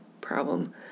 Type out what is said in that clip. problem